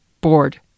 bored